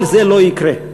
כל זה לא יקרה.